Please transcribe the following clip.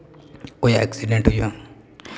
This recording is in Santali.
ᱚᱠᱚᱭᱟᱜ ᱮᱠᱥᱤᱰᱮᱱᱴ ᱦᱩᱭᱩᱜᱼᱟ